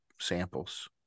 samples